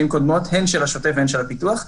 קודמות הן של השוטף והן של הפיתוח בתקנה.